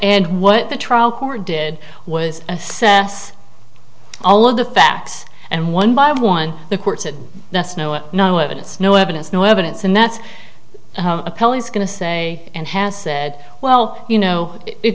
and what the trial court did was assess all of the facts and one by one the courts and that's no one no evidence no evidence no evidence and that's a police going to say and has said well you know it